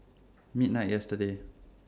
midnight yesterday